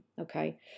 Okay